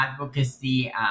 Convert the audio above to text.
advocacy